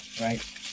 right